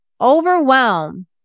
Overwhelm